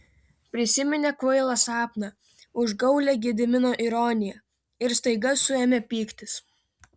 prisiminė kvailą sapną užgaulią gedimino ironiją ir staiga suėmė pyktis